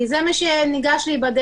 כי זה מה שנדרש להיבדק,